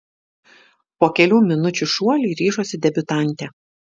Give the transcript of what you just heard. po kelių minučių šuoliui ryžosi debiutantė